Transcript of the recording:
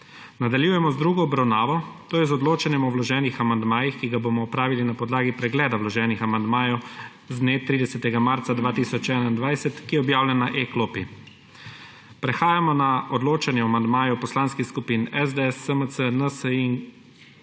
Nadaljujemo z drugo obravnavo to je z odločanjem o vloženih amandmajih, ki ga bomo opravili na podlagi pregleda vloženih amandmajev z dne 30. marca 2021, ki je objavljen na e-klopi. Prehajamo na odločanje o amandmajih poslanskih skupin SDS, SMC, NSi k 2.